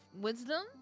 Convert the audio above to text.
wisdom